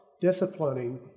disciplining